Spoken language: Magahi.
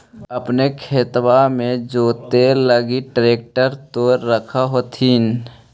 अपने खेतबा मे जोते लगी ट्रेक्टर तो रख होथिन?